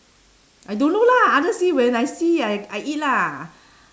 I don't know lah other see when I see I I eat lah